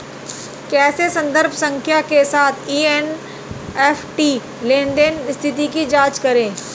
कैसे संदर्भ संख्या के साथ एन.ई.एफ.टी लेनदेन स्थिति की जांच करें?